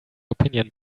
opinion